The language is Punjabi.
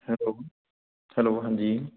ਹੈਲੋ ਹੈਲੋ ਹਾਂਜੀ